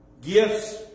Gifts